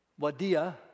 Wadia